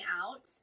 out